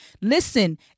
Listen